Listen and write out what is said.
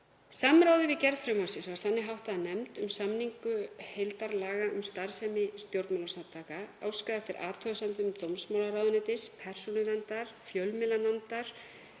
Samráði við gerð frumvarpsins var þannig háttað að nefnd um samningu heildarlaga um starfsemi stjórnmálasamtaka óskaði eftir athugasemdum dómsmálaráðuneytis, Persónuverndar, fjölmiðlanefndar,